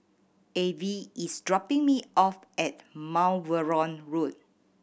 Avie is dropping me off at Mount Vernon Road